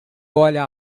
olha